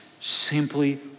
simply